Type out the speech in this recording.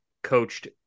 Coached